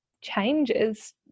changes